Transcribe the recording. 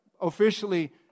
officially